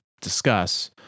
discuss